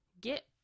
get